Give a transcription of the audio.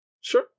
Sure